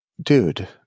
dude